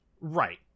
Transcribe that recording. Right